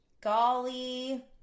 Golly